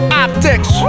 optics